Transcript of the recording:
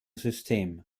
system